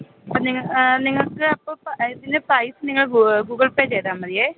അപ്പം നിങ്ങൾക്ക് അപ്പോൾ ഇപ്പം ഇതിന് പൈസ നിങ്ങൾ ഗൂഗിൾ പേ ചെയ്താൽ മതി